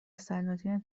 سلاطین